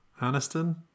Aniston